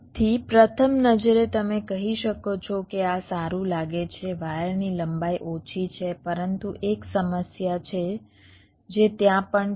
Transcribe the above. તેથી પ્રથમ નજરે તમે કહી શકો છો કે આ સારું લાગે છે વાયરની લંબાઈ ઓછી છે પરંતુ એક સમસ્યા છે જે ત્યાં પણ છે